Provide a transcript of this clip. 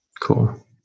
Cool